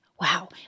wow